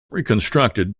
reconstructed